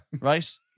Right